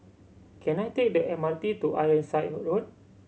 can I take the M R T to Ironside Road